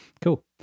cool